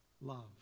love